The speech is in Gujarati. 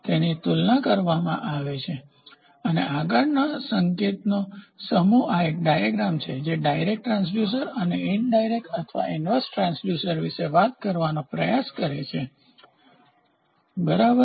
તેની તુલના કરવામાં આવે છે અને આગળનો સંકેતનો સમૂહ આ એક ડાયાગ્રામ છે જે ડાયરેક્ટ ટ્રાંસડ્યુસર અને ઇનડાયરેક્ટ અથવા ઈન્વર્સ ટ્રાન્સડ્યુસર વિશે વાત કરવાનો પ્રયાસ કરે છે બરાબર